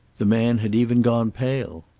the man had even gone pale.